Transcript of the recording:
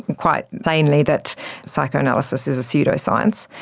quite plainly, that psychoanalysis is a pseudoscience.